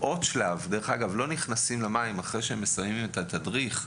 דרך אגב, לא נכנסים למים אחרי שמסיימים את התדריך,